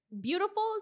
beautiful